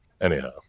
anyhow